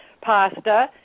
pasta